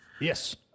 yes